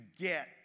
get